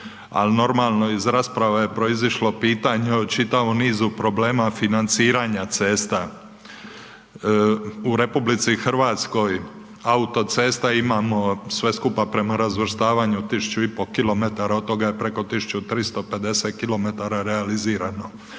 ali normalno iz rasprava je proizašlo pitanje o čitavom nizu problema financiranja cesta. U RH autocesta imamo sve skupa prema razvrstavanju 1.500 km od toga je preko 1.350 km realizirano.